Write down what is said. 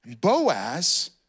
Boaz